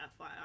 FYI